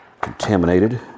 contaminated